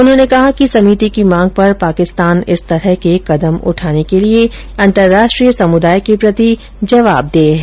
उन्होंने कहा कि समिति की मांग पर पाकिस्तान इस तरह के कदम उठाने के लिए अन्तराष्ट्रीय समुदाय के प्रति जवाबदेह है